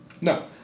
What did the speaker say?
No